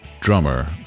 drummer